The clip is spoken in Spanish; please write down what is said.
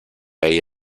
hay